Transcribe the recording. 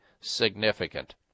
significant